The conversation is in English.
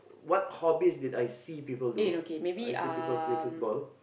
what hobbies did I see people do I see people play football